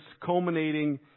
culminating